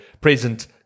present